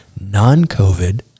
non-COVID